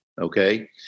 okay